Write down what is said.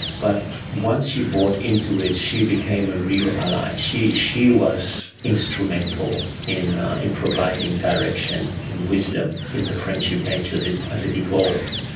but once she bought into it she became a real ally, she she was instrumental in in providing direction and wisdom in the friendship bench as it as it evolved.